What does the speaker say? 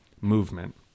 movement